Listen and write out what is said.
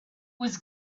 was